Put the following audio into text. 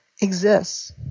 exists